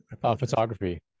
Photography